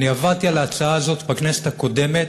אני עבדתי על ההצעה הזאת בכנסת הקודמת.